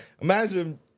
Imagine